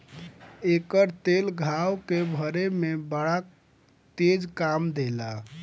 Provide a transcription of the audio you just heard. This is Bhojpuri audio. एकर तेल घाव के भरे में बड़ा तेज काम देला